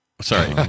Sorry